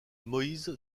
moïse